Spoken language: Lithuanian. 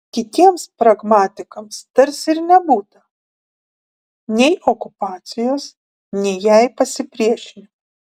kitiems pragmatikams tarsi ir nebūta nei okupacijos nei jai pasipriešinimo